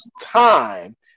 time